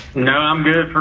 no, i'm good for